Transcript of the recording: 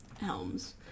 helms